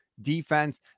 defense